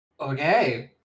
Okay